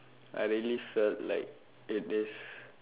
I really felt like it is